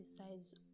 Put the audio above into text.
exercise